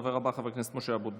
הדובר הבא, חבר הכנסת משה אבוטבול.